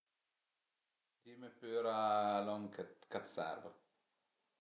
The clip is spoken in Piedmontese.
Dime püra lon ch'a t'serv